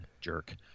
Jerk